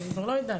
אני כבר לא יודעת,